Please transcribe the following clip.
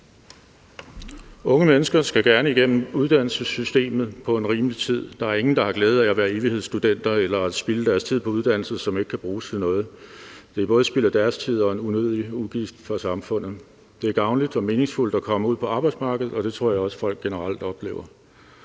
Unge mennesker skal gerne igennem uddannelsessystemet på en rimelig tid. Der er ingen, der har glæde af at være evighedsstuderende eller spilde deres tid på en uddannelse, som ikke kan bruges til noget. Det er både spild af deres tid og en unødig udgift for samfundet. Det er gavnligt og meningsfuldt at komme ud på arbejdsmarkedet, og det tror jeg også folk generelt oplever.